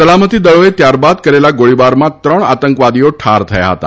સલામતી દળોએ ત્યારબાદ કરેલા ગોળીબારમાં ત્રણ આતંકવાદીઓ ઠાર થયા હતા